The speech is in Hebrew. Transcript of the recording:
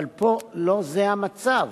פה לא זה המצב.